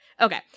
Okay